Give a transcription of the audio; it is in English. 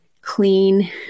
clean